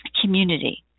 community